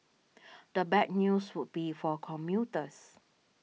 the bad news would be for commuters